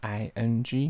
ing